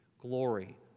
glory